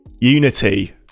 unity